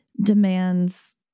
demands